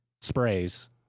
sprays